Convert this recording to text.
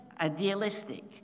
idealistic